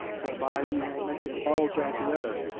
whereby you will make it bulge out the other,